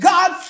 God